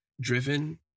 driven